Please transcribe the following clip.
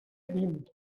vint